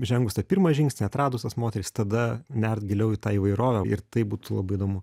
žengus tą pirmą žingsnį atradus tas moteris tada nert giliau į tą įvairovę ir tai būti labai įdomu